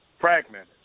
fragmented